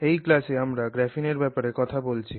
এই ক্লাসে আমরা গ্রাফিন এর ব্যাপারে কথা বলছিলাম